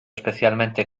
especialmente